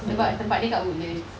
sebab tempat dia kat woodlands